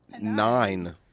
Nine